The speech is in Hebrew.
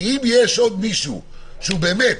שאם יש עוד מישהו שהוא באמת